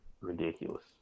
Ridiculous